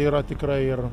yra tikrai ir